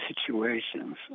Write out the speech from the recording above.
situations